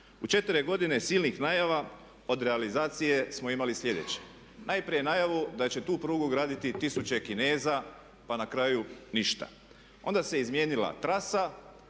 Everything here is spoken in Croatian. U 4 godine silnih najava od realizacije smo imali sljedeće. Najprije najavu da će tu prugu graditi tisuće Kineza pa na kraju ništa. Onda se izmijenila trasa